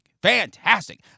Fantastic